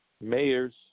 mayors